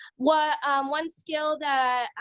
one one skill that